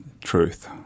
truth